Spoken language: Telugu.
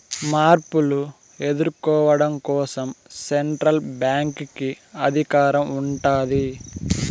మార్పులు ఎదుర్కోవడం కోసం సెంట్రల్ బ్యాంక్ కి అధికారం ఉంటాది